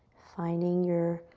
finding your